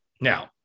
Now